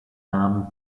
namen